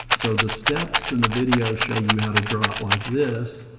so the steps in the video show you how to draw it like this.